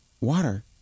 water